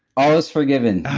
all is forgiven,